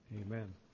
Amen